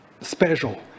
special